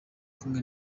kumwe